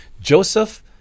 Joseph